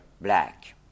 black